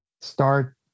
start